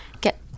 get